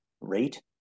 rate